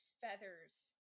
feathers